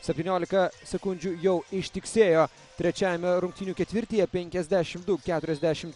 septyniolika sekundžių jau ištiksėjo trečiajame rungtynių ketvirtyje penkiasdešim du keturiasdešim